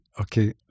okay